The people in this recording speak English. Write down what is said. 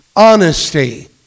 honesty